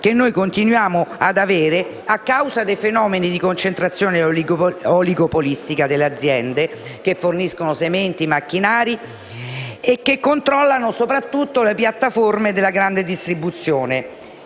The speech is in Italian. che si continua a riscontrare a causa dei fenomeni di concentrazione oligopolistica delle aziende che forniscono sementi, macchinari e che controllano soprattutto le piattaforme della grande distribuzione.